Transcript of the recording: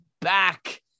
back